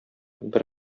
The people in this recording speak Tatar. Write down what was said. бер